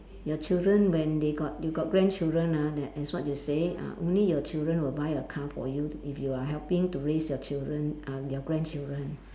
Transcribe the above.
your children when they got you got grandchildren ah that as what you say ah only your children will buy a car for you to if you are helping to raise your children uh your grandchildren